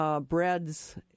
breads